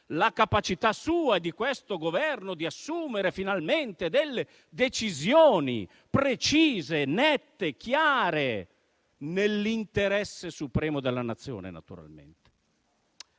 la capacità sua e di questo Governo di assumere finalmente decisioni precise, nette e chiare, nell'interesse supremo della Nazione, naturalmente.